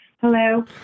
Hello